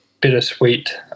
bittersweet